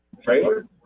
Trailer